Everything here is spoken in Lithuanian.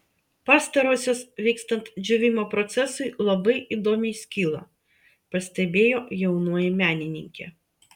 pastarosios vykstant džiūvimo procesui labai įdomiai skyla pastebėjo jaunoji menininkė